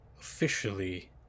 officially